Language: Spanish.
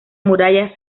muralla